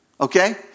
Okay